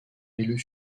élu